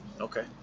Okay